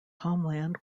homeland